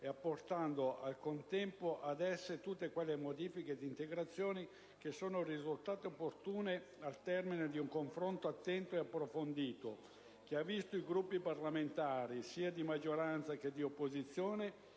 e apportando al contempo ad esse tutte quelle modifiche ed integrazioni che sono risultate opportune al termine di un confronto attento e approfondito, che ha visto i Gruppi parlamentari, sia di maggioranza che di opposizione,